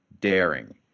daring